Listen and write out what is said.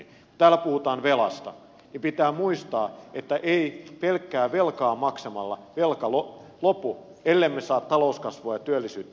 kun täällä puhutaan velasta niin pitää muistaa että ei pelkkää velkaa maksamalla velka lopu ellemme saa talouskasvua ja työllisyyttä parantumaan